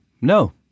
No